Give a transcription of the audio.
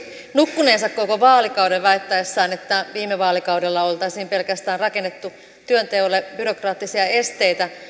nukkuneensa koko vaalikauden väittäessään että viime vaalikaudella oltaisiin pelkästään rakennettu työnteolle byrokraattisia esteitä